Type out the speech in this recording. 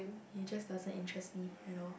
it just doesn't interest me at all